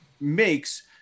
makes